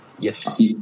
yes